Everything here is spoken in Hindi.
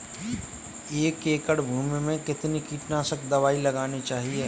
एक एकड़ भूमि में कितनी कीटनाशक दबाई लगानी चाहिए?